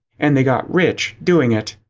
and they got rich doing it.